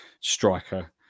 striker